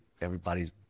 everybody's